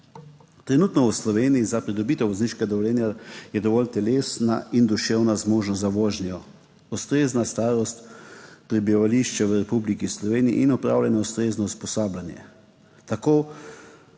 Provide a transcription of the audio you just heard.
Trenutno je v Sloveniji za pridobitev vozniškega dovoljenja dovolj telesna in duševna zmožnost za vožnjo, ustrezna starost, prebivališče v Republiki Sloveniji in opravljeno ustrezno usposabljanje. Tako